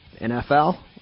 NFL